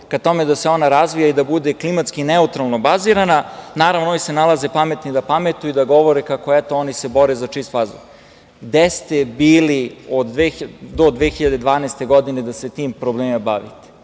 ka tome da se ona razvija i da bude klimatski neutralno bazirana, naravno oni se nalaze pametni da pametuju i da govore kako, eto, oni se bore za čist vazduh. Gde ste bili do 2012. godine da se tim problemima bavite?